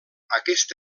aquest